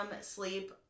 sleep